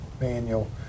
manual